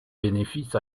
bénéfices